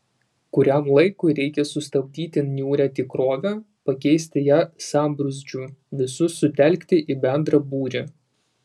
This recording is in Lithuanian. kuriam laikui reikia sustabdyti niūrią tikrovę pakeisti ją sambrūzdžiu visus sutelkti į bendrą būrį